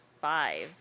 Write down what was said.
five